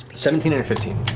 seventeen and a fifteen.